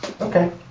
Okay